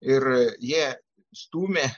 ir jie stūmė